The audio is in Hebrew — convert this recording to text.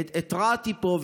התרעתי פה,